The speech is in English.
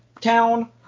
town